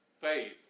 faith